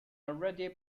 already